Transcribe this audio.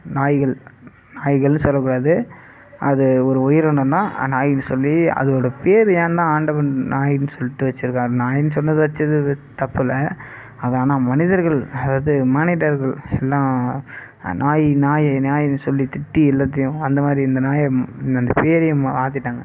நாய்கள் நாய்கள்னு சொல்லக்கூடாது அது ஒரு உயிரினம்தான் அது நாய்னு சொல்லி அதோடய பேர் ஏன்தான் ஆண்டவன் நாய்னு சொல்லிட்டு வைச்சிருக்காரு நாய்னு சொன்னது வைச்சது தப்பு இல்லை அது ஆனால் மனிதர்கள் அதாவது மானிடர்கள் எல்லாம் நாய் நாய் நாய்னு சொல்லி திட்டி எல்லாத்தையும் அந்த மாதிரி இந்த நாயை அந்த பேரையே மாற்றிட்டாங்க